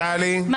טלי, תודה.